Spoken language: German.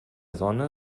sonne